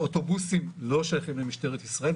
אוטובוסים לא שייכים למשטרת ישראל,